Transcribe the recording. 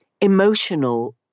emotional